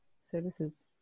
services